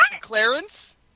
clarence